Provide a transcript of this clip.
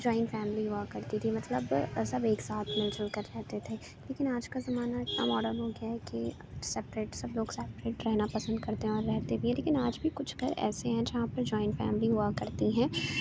join family ہوا کرتی تھی مطلب سب ایک ساتھ مل جل کر رہتے تھے لیکن آج کا زمانہ اتنا ماڈرن ہو گیا ہے کہ سپریٹ سب لوگ سپریٹ رہنا پسند کرتے ہیں اور رہتے بھی ہیں لیکن آج بھی کچھ گھر ایسے ہیں جہاں پہ جوائن فیملی ہوا کرتی ہیں